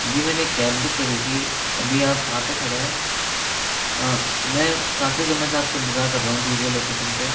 जी मैंने cab book करी थी अभी आप कहां पर खड़े हैं मैं काफ़ी समय से आपका इंतजार कर रहा हूँ दिए गई लोकेशन पर